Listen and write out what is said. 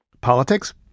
Politics